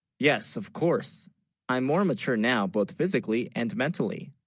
yes of course i'm more mature now, both physically and mentally,